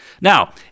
Now